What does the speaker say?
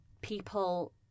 people